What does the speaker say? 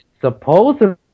supposedly